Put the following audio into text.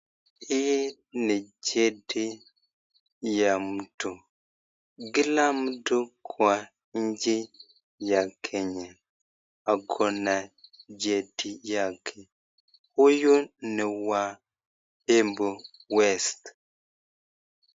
Hii ni cheti ya mtu. Kila mtu kwa nchi ya Kenya ako na cheti yake. Huyu ni wa Embu west.